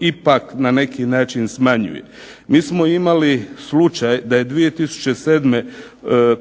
ipak na neki način smanjuje. Mi smo imali slučaj da je 2007.